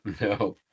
no